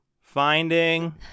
Finding